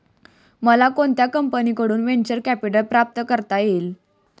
मला कोणत्या कंपनीकडून व्हेंचर कॅपिटल प्राप्त करता येईल?